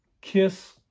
kiss